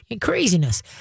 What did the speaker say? craziness